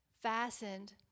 fastened